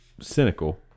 cynical